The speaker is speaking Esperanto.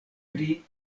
pri